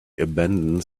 abandons